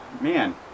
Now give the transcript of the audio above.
man